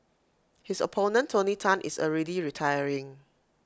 his opponent tony Tan is already retiring